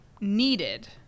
needed